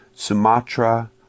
Sumatra